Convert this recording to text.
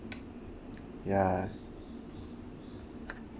ya